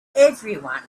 everyone